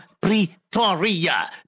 Pretoria